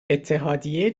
اتحادیه